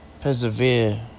persevere